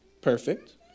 Perfect